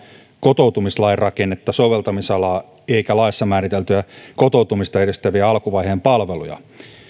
kotoutumislain rakennetta soveltamisalaa eikä laissa määriteltyjä kotoutumista edistäviä alkuvaiheen palveluja